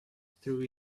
through